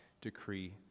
decree